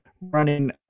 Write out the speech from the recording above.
running